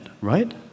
right